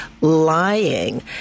lying